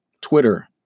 Twitter